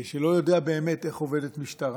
שלא יודע באמת איך עובדת משטרה.